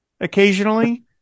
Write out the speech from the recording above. occasionally